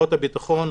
זרועות הביטחון,